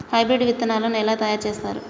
Hybrid విత్తనాలను ఎలా తయారు చేస్తారు?